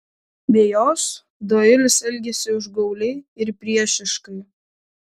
be jos doilis elgėsi užgauliai ir priešiškai